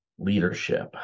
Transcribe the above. leadership